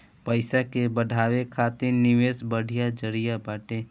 पईसा के बढ़ावे खातिर निवेश बढ़िया जरिया बाटे